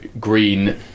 green